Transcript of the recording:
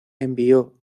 envió